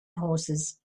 horses